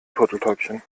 turteltäubchen